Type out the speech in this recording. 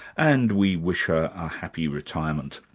and we wish her a happy retirement.